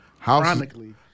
Chronically